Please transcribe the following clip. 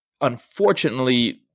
unfortunately